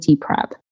prep